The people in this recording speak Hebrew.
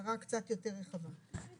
הגדרה קצת יותר רחבה.